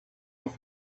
with